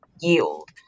yield